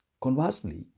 Conversely